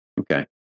Okay